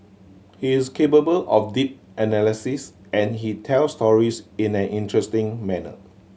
he is capable of deep analysis and he tells stories in an interesting manner